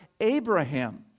Abraham